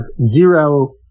zero